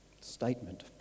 statement